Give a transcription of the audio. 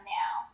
now